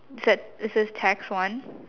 said it says tax one